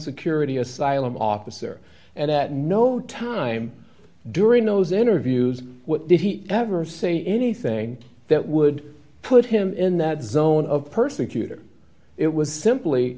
security asylum officer and at no time during those interviews what did he ever say anything that would put him in that zone of persecutor it was simply